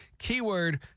Keyword